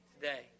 today